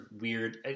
weird